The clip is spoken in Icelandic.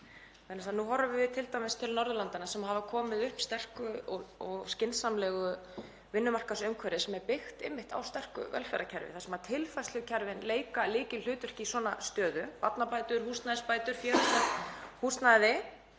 Nú horfum við t.d. til Norðurlandanna sem hafa komið upp sterku og skynsamlegu vinnumarkaðsumhverfi sem er byggt einmitt á sterku velferðarkerfi þar sem tilfærslukerfin leika lykilhlutverk í svona stöðu; barnabætur, húsnæðisbætur, félagslegt húsnæði